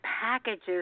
packages